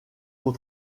pour